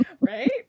Right